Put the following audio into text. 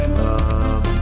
love